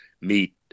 meet